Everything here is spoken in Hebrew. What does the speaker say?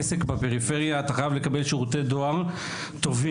עסק בפריפריה אתה חייב לקבל שירותי דואר טובים.